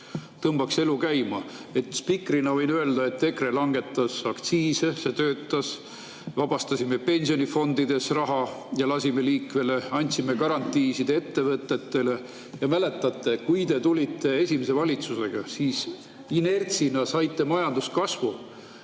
tõmbaks elu käima. Spikriks võin öelda, et EKRE langetas aktsiise, see töötas. Vabastasime pensionifondides [olnud] raha ja lasime liikvele, andsime garantiisid ettevõtetele. Mäletate, kui te tulite esimese valitsusega, siis inertsina saite majanduskasvu,